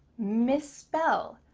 misspell,